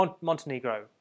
Montenegro